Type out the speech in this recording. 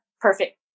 perfect